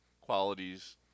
qualities